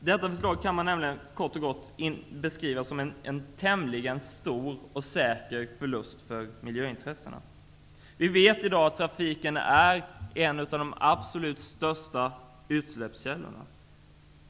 Detta förslag kan man nämligen kort och gott beskriva som en tämligen stor och säker förlust för miljöintressena. Vi vet i dag att trafiken är en av de absolut största utsläppskällorna.